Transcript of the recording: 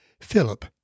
Philip